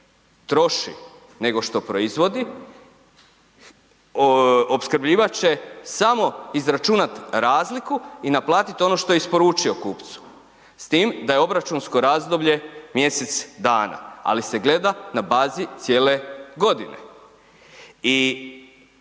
troši nego što proizvodi opskrbljivač će samo izračunati razliku i naplatit ono što je isporučio kupcu. S tim da je obračunsko razdoblje mjesec dana, ali se gleda na bazi cijele godine. I